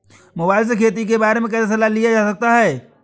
Mobile से खेती के बारे कैसे सलाह लिया जा सकता है?